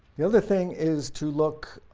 the other thing is to look